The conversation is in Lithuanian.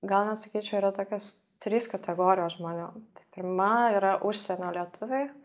gal net sakyčiau yra tokios trys kategorijos žmonių pirma yra užsienio lietuviai